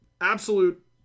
Absolute